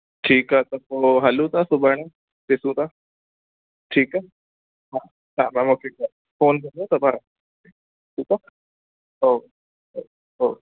ठीकु आहे त पोइ हलूं था सुभाणे ॾिसूं था ठीकु आहे हा त तव्हां मूंखे फ़ोन कजो त पर ठीकु आहे ओके ओके ओके